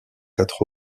quatre